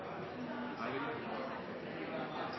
presenterer